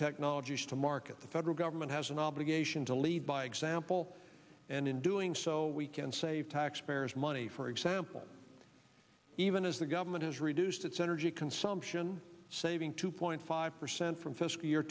technologies to market the federal government has an obligation to lead by example and in doing so we can save taxpayers money for example even as the government reduced its energy consumption saving two point five percent from fiscal year